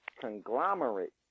conglomerate